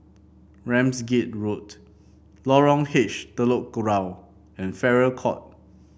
Ramsgate Road Lorong H Telok Kurau and Farrer Court